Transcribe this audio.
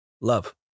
Love